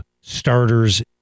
starters